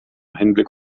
hinblick